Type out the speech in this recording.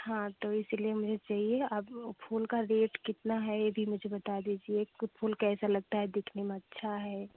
हाँ तो इसी लिए मुझे चाहिए आप फूल का रेट कितना है यह भी मुझे बता दीजिए कुत फूल कैसा लगता है दिखने में अच्छा है